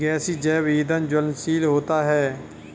गैसीय जैव ईंधन ज्वलनशील होता है